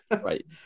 Right